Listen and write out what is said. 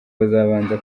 bazabanza